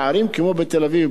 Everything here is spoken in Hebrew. בערים כמו תל-אביב,